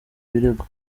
birego